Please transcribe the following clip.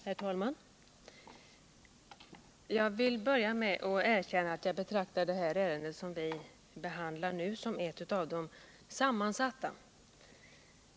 Herr talman! Jag vill börja med att erkänna att jag betraktar det ärende som vi nu behandlar som sammansatt.